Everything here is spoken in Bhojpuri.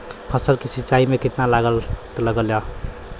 फसल की सिंचाई में कितना लागत लागेला?